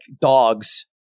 dogs